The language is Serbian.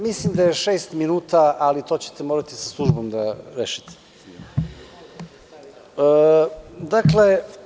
Mislim da je šest minuta, ali to ćete morati sa službom da rešite.